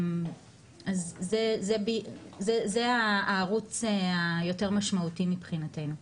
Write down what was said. זה הערוץ היותר משמעותי מבחינתנו.